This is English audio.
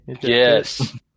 Yes